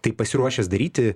tai pasiruošęs daryti